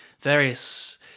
various